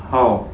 how